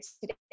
today